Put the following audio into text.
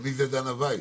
מי זאת דנה וייס?